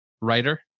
writer